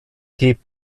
keep